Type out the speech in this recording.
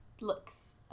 looks